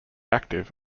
active